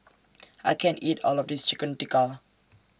I can't eat All of This Chicken Tikka